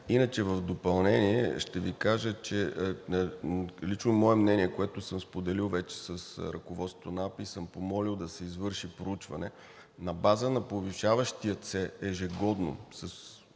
Иначе в допълнение ще Ви кажа, че – лично мое мнение, което съм споделил вече с ръководството на АПИ, съм помолил да се извърши проучване на база на повишаващия се ежегодно